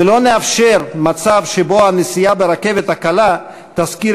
ולא נאפשר מצב שבו הנסיעה ברכבת הקלה תזכיר